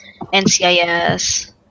NCIS